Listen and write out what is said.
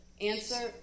Answer